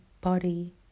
body